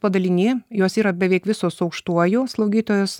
padaliny jos yra beveik visos su aukštuoju slaugytojos